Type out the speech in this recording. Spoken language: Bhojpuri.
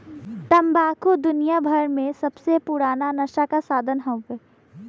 तम्बाकू दुनियाभर मे सबसे पुराना नसा क साधन हउवे